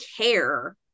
care